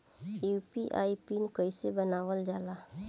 UPI PIN कइसे बनावल जाला?